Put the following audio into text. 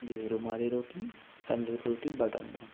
جی رومالی روٹی تندوری روٹی بٹر نان